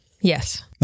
Yes